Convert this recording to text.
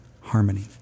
harmony